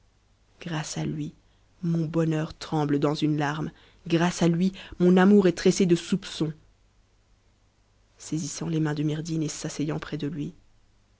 orace à lui mon bonheur tremble dans une larme grâce à lui mon amour est tressé de soupçons